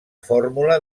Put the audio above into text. fórmula